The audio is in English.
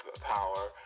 power